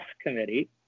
Committee